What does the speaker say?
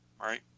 right